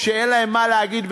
כשאין להם מה להגיד,